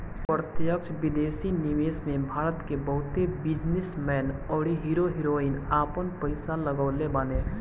प्रत्यक्ष विदेशी निवेश में भारत के बहुते बिजनेस मैन अउरी हीरो हीरोइन आपन पईसा लगवले बाने